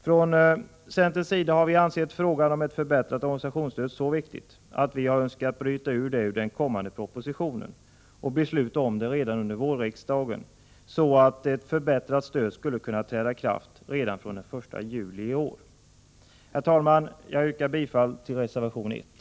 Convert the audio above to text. Från centerns sida har vi ansett frågan om ett förbättrat organisationsstöd så viktig att vi önskat bryta ut den ur den kommande propositionen och besluta om den redan under vårriksdagen, så att ett förbättrat stöd skulle kunna träda i kraft redan den 1 juli i år. Herr talman! Jag yrkar bifall till reservation 1.